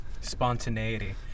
spontaneity